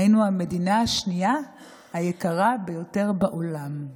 היינו המדינה השנייה היקרה ביותר בעולם.